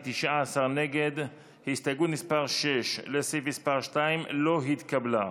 של קבוצת סיעת ישראל ביתנו לסעיף 2 לא נתקבלה.